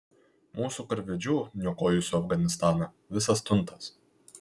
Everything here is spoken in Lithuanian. mūsų karvedžių niokojusių afganistaną visas tuntas